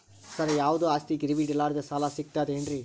ಸರ, ಯಾವುದು ಆಸ್ತಿ ಗಿರವಿ ಇಡಲಾರದೆ ಸಾಲಾ ಸಿಗ್ತದೇನ್ರಿ?